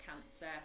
cancer